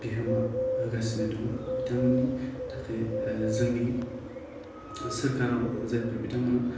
बिहोमा होगासिनो दङ बिथांमोननि थाखाय जोंनि सोरखाराव जायोफोर बिथांमोनहा